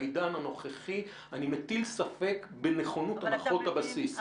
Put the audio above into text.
בעידן הנוכחי אני מטיל ספק בנכונות הנחות הבסיס.